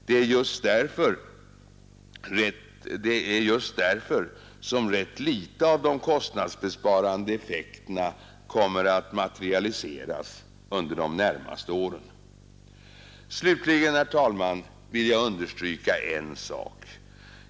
Det är just därför som rätt litet av de kostnadsbesparande effekterna kommer att materialiseras under de närmaste åren. Slutligen, herr talman, vill jag understryka en sak.